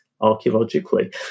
archaeologically